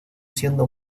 siendo